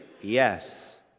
yes